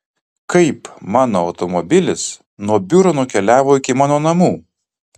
kaip mano automobilis nuo biuro nukeliavo iki mano namų